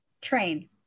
train